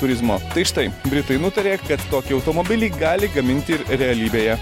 turizmo tai štai britai nutarė kad tokį automobilį gali gaminti ir realybėje